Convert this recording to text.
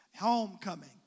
Homecoming